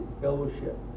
fellowship